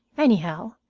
anyhow,